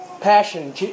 passion